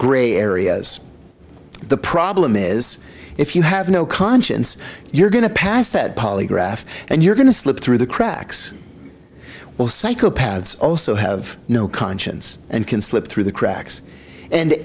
gray areas the problem is if you have no conscience you're going to pass head polygraph and you're going to slip through the cracks well psychopaths also have no conscience and can slip through the cracks and